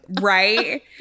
right